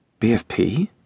BFP